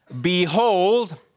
behold